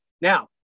Now